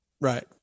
Right